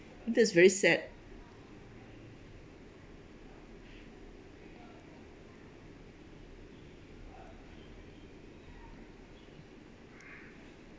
that is very sad